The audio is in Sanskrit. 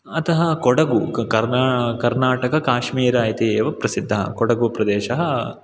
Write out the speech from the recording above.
अतः कोडगु कर्नाटककाश्मीर इत्येव प्रसिद्धः कोडगुप्रदेशः